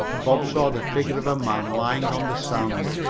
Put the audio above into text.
bob saw the figure of a man lying on the sand,